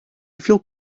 feel